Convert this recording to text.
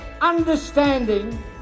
understanding